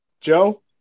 Joe